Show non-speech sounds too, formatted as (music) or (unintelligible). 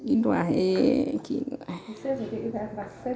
(unintelligible)